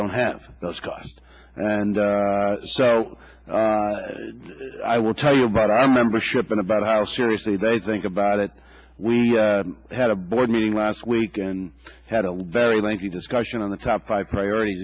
don't have those guys and so i will tell you about our membership and about how seriously they think about it we had a board meeting last week and had a very lengthy discussion on the top five priorit